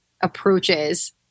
approaches